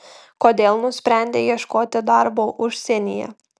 kodėl nusprendei ieškoti darbo užsienyje